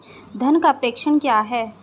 धन का प्रेषण क्या है?